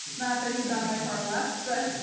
not that he's on my far left, but